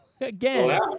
Again